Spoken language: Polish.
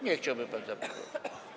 Nie chciałby pan zabrać głosu.